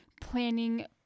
planning